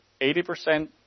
80%